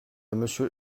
monsieur